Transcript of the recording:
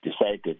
decided